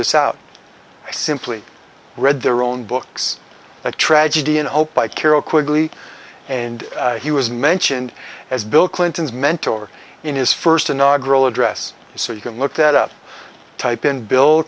this out i simply read their own books a tragedy and hope by carol quickly and he was mentioned as bill clinton's mentor in his first inaugural address so you can look that up type in bill